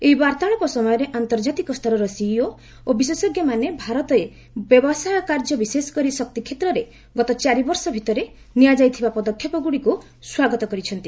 ଏହି ବାର୍ତ୍ତାଳାପ ସମୟରେ ଆନ୍ତର୍ଜାତିକ ସ୍ତରର ସିଇଓ ଓ ବିଶେଷଜ୍ଞମାନେ ଭାରତରେ ବ୍ୟବସାୟ କାର୍ଯ୍ୟ ବିଶେଷକରି ଶକ୍ତି କ୍ଷେତ୍ରରେ ଗତ ଚାରି ବର୍ଷ ଭିତରେ ନିଆଯାଇଥିବା ପଦକ୍ଷେପଗୁଡ଼ିକୁ ସ୍ୱାଗତ କରିଛନ୍ତି